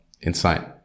insight